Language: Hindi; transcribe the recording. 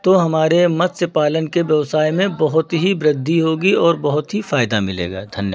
तो हमारे मत्स्य पालन के व्यवसाय में बहुत ही वृद्धि होगी और बहुत ही फ़ायदा मिलेगा धन्यवाद